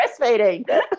breastfeeding